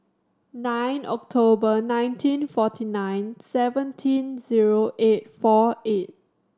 nine October nineteen forty nine seventeen zero eight four eight